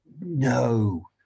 no